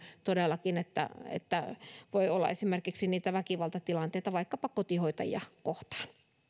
todellakin että että voi olla esimerkiksi niitä väkivaltatilanteita vaikkapa kotihoitajia kohtaan